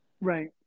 Right